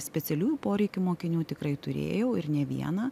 specialiųjų poreikių mokinių tikrai turėjau ir ne vieną